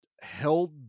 held